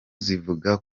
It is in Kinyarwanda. zivuga